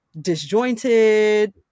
disjointed